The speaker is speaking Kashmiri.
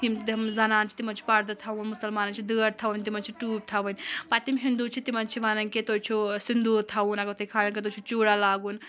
یِم تِم زَنان چھِ تِمَن چھِ پَردٕ تھاوُن مُسلمانَن چھِ دٲڑ تھاوٕنۍ تِمن چھِ ٹوٗب تھَوٕنۍ پَتہٕ تِم ہِندوٗ چھِ تِمَن چھِ وَنان کہِ تُہۍ چھُ سِندوٗر تھاوُن اگر تُہۍ کھال تُہۍ چھِ چوٗڑا لاگُن